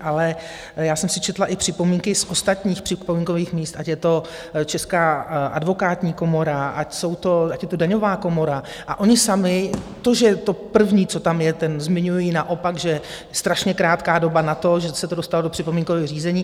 Ale já jsem si četla i připomínky z ostatních připomínkových míst, ať je to Česká advokátní komora, ať je to daňová komora, a oni sami to, že to první, co tam je, zmiňují naopak, že strašně krátká doba na to, že se to dostalo do připomínkových řízení.